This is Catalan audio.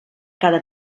cada